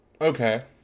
Okay